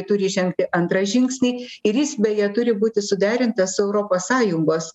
turi žengti antrą žingsnį ir jis beje turi būti suderintas su europos sąjungos